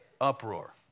uproar